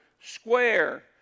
square